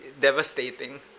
Devastating